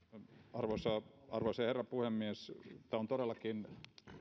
arvoisa arvoisa herra puhemies tämä on todellakin